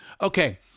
okay